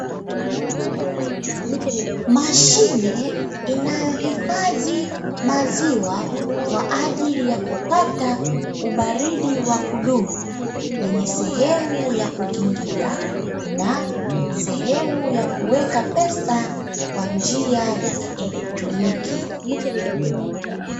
Mashine inayohifadhi maziwa kwa ajili ya kupata ubaridi wa kudumu. Yenye sehemu ya kukingia na sehemu ya kuweka pesa kwa njia ya kieletroniki.